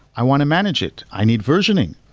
i want to manage it. i need versioning.